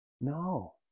No